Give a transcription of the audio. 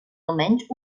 almenys